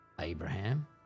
Abraham